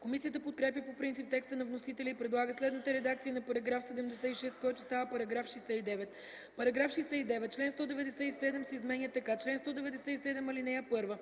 Комисията подкрепя по принцип текста на вносителя и предлага следната редакция на § 76, който става § 69: „§ 69. Член 197 се изменя така: „Чл. 197. (1)